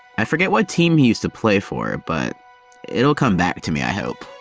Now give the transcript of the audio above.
i forget what team he used to play for, but it'll come back to me, i hope.